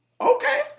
Okay